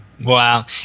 Wow